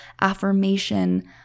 affirmation